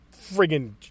friggin